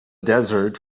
desert